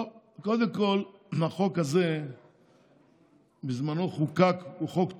טוב, קודם כול, החוק הזה שבזמנו חוקק הוא חוק טוב,